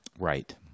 right